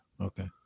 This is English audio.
okay